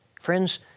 Friends